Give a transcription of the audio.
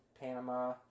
Panama